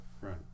Right